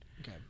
Okay